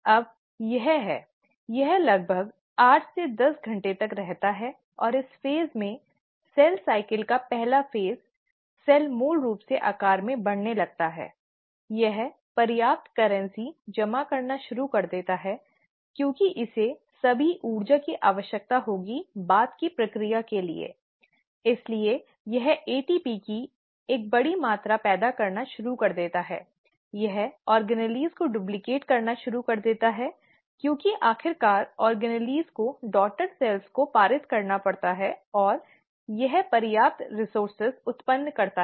अब यह है यह लगभग आठ से दस घंटे तक रहता है और इस फेज़ में सेल साइकिल का पहला फेज़ सेल मूल रूप से आकार में बढ़ने लगता है यह पर्याप्त करेंसी जमा करना शुरू कर देता है क्योंकि इसे सभी ऊर्जा की आवश्यकता होगी बाद की प्रक्रिया के लिए इसलिए यह ATP की एक बड़ी मात्रा पैदा करना शुरू कर देता है यह ऑर्गेनेल को डुप्लिकेट करना शुरू कर देता है क्योंकि आखिरकार ऑर्गेनेल को डॉटर सेल्स को पारित करना पड़ता है और यह पर्याप्त संसाधन उत्पन्न करता है